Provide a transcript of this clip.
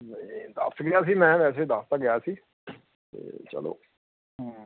ਦੱਸ ਗਿਆ ਸੀ ਮੈਂ ਵੈਸੇ ਦੱਸ ਤਾਂ ਗਿਆ ਸੀ ਅਤੇ ਚਲੋ